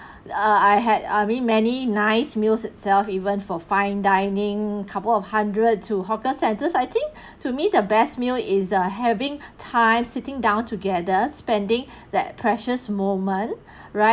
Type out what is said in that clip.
err I had I mean many nice meals itself even for fine dining couple of hundred to hawker centers I think to me the best meal is err having time sitting down together spending that precious moment right